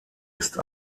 ist